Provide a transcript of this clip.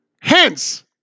Hence